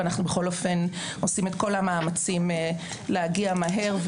אנחנו בכל אופן עושים את כל המאמצים להגיע מהר,